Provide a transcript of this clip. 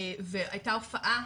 והייתה הופעה,